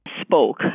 spoke